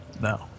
No